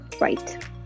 Right